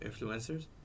influencers